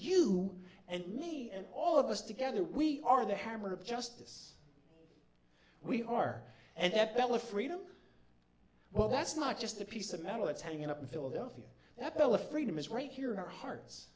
you and me and all of us together we are the hammer of justice we are and f l of freedom well that's not just a piece of metal that's hanging up in philadelphia that the freedom is right here in our hearts